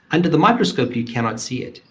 under the microscope you cannot see it.